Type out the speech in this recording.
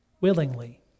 willingly